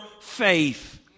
faith